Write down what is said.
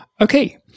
Okay